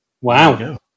Wow